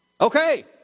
Okay